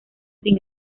sin